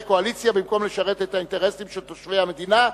קואליציה במקום לשרת את האינטרסים של תושבי המדינה.